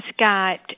skyped